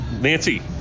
Nancy